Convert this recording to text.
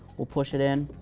we'll push it in,